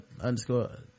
underscore